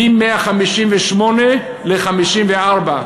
מ-158 ל-54,